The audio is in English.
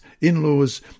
in-laws